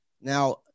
Now